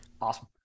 Awesome